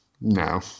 No